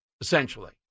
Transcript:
essentially